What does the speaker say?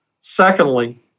Secondly